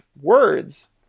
words